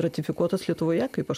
ratifikuotas lietuvoje kaip aš